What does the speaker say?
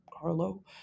Carlo